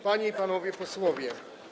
Panie i Panowie Posłowie!